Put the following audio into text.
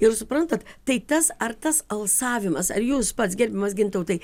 ir suprantat tai tas ar tas alsavimas ar jūs pats gerbiamas gintautai